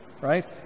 right